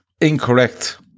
Incorrect